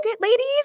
ladies